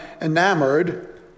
enamored